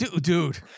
Dude